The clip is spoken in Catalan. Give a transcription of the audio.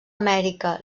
amèrica